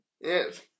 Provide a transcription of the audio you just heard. Yes